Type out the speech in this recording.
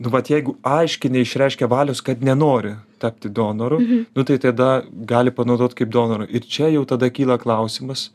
nu vat jeigu aiškiai neišreiškia valios kad nenori tapti donoru nu tai tada gali panaudot kaip donorą ir čia jau tada kyla klausimas